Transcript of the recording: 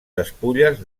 despulles